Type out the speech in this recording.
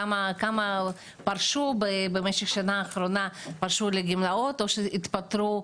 כמה פרשו לגמלאות במשך השנה האחרונה או שהתפטרו,